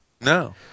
no